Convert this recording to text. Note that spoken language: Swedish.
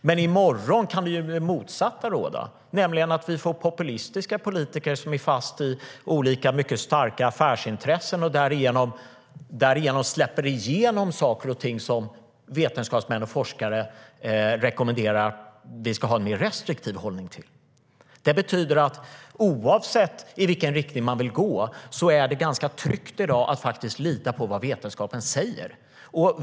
Men i morgon kan ju det motsatta råda, nämligen att vi får populistiska politiker som är fast i olika mycket starka affärsintressen och därför släpper igenom saker och ting som vetenskapsmän och forskare rekommenderar att man ska ha en mer restriktiv hållning till. Det betyder att oavsett i vilken riktning som man vill gå är det ganska tryggt i dag att lita på vad vetenskapen säger.